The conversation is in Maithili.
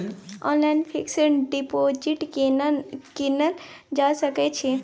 ऑनलाइन फिक्स डिपॉजिट केना कीनल जा सकै छी?